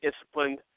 disciplined